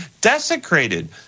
desecrated